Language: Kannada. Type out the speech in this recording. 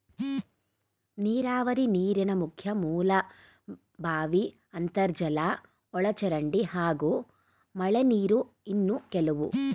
ನೀರಾವರಿ ನೀರಿನ ಮುಖ್ಯ ಮೂಲ ಬಾವಿ ಅಂತರ್ಜಲ ಒಳಚರಂಡಿ ಹಾಗೂ ಮಳೆನೀರು ಇನ್ನು ಕೆಲವು